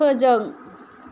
फोजों